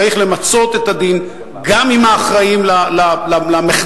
צריך למצות את הדין גם עם האחראים למחדל